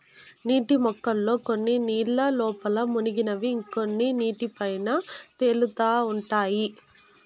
నీటి మొక్కల్లో కొన్ని నీళ్ళ లోపల మునిగినవి ఇంకొన్ని నీటి పైన తేలుతా ఉంటాయి